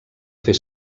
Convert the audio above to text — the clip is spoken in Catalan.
fer